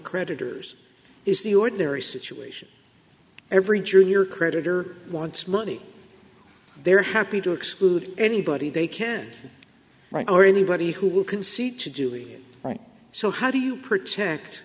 creditors is the ordinary situation every junior creditor wants money they're happy to exclude anybody they can right or anybody who can see to do it right so how do you protect